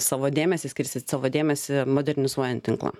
savo dėmesį skirsit savo dėmesį modernizuojant tinklą